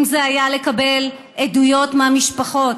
אם זה היה לקבל עדויות מהמשפחות,